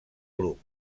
grup